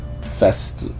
fest